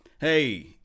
Hey